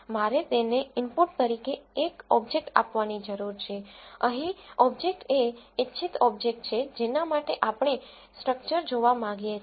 મારે તેને ઈનપુટ તરીકે એક ઓબ્જેક્ટ આપવાની જરૂર છે અહીં ઓબ્જેક્ટ એ ઇચ્છિત ઓબ્જેક્ટ છે જેના માટે આપણે સ્ટ્રક્ચર જોવા માંગીએ છીએ